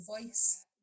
voice